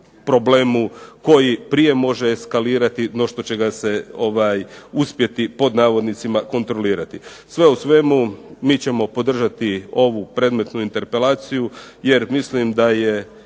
problemu koji prije može eskalirati no što će ga se uspjeti pod navodnicima kontrolirati. Sve u svemu mi ćemo podržati ovu predmetnu interpelaciju jer mislim da je